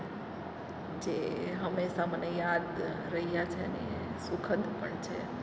જે હમેંશા મને યાદ રહ્યા છે ને સુખદ પણ છે